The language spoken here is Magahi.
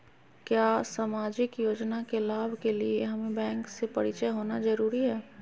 क्या सामाजिक योजना के लाभ के लिए हमें बैंक से परिचय होना जरूरी है?